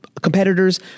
competitors